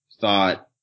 thought